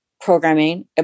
programming